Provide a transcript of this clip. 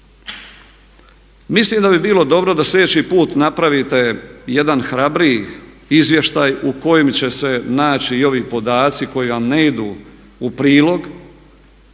Mislim da bi bilo dobro da sljedeći put napravite jedan hrabriji izvještaj u kojem će se naći i ovi podaci koji vam ne idu u prilog